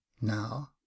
now